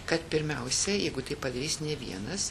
kad pirmiausia jeigu tai padarys ne vienas